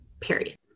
Period